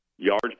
Yards